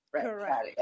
Correct